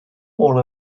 por